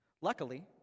Luckily